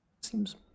seems